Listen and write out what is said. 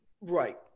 Right